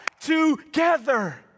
Together